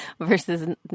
Versus